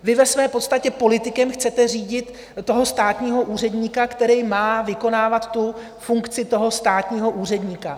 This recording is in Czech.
Vy ve své podstatě politikem chcete řídit státního úředníka, který má vykonávat funkci státního úředníka.